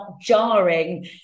jarring